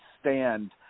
stand